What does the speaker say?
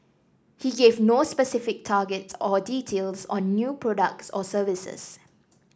he gave no specific target or details on new products or services